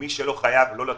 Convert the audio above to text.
שמי שלא חייב, שלא יטוס.